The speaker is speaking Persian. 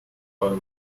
کارو